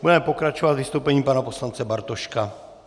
Budeme pokračovat vystoupením pana poslance Bartoška.